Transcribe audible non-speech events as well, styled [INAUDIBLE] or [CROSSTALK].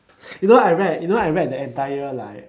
[NOISE] you know I read you know I read the entire like